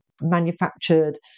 manufactured